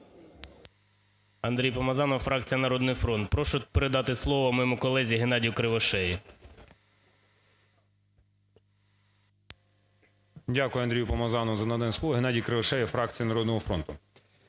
Андрій Помазанов, фракція "Народний фронт". Прошу передати слово моєму колезі Геннадію Кривошеї. 13:12:17 КРИВОШЕЯ Г.Г. Дякую, Андрій Помазанов, за надане слово. Геннадій Кривошея, фракція "Народного фронту".